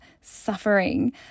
suffering